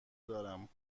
دارم